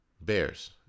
bears